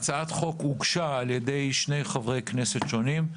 הצעת החוק הוגשה על ידי שני חברי כנסת שונים,